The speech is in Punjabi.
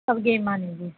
ਸਭ ਗੇਮਾਂ ਨੇ ਜੀ